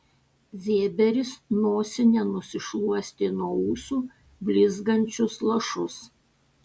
vėberis nosine nusišluostė nuo ūsų blizgančius lašus